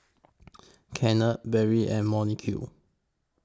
Kennard Barry and Monique